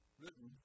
written